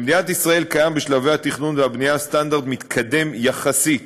במדינת ישראל קיים בשלבי התכנון והבנייה סטנדרט מתקדם יחסית